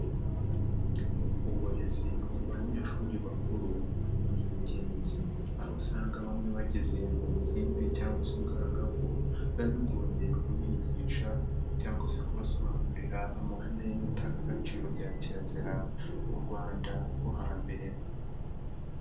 Uburezi ku banyeshuri bakuru ni ingenzi. Aho usanga bamwe bageze mu bugimbi cyangwa se ubwangavu, biba bigoye kubigisha cyangwa se kubasobanurira amahame n'indangagaciro bya kirazira mu Rwanda rwo hambere.